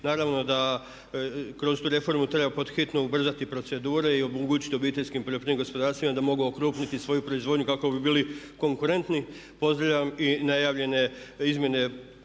naravno da kroz tu reformu treba pod hitno ubrzati procedure i omogućiti OPG-ima da mogu okrupniti svoju proizvodnju kako bi bili konkurentni. Pozdravljam i najavljene izmjene